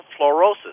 fluorosis